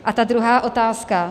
A ta druhá otázka...